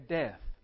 death